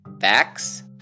Facts